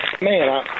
Man